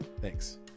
Thanks